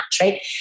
right